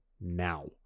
now